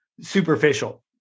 superficial